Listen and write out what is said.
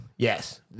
Yes